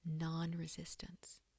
non-resistance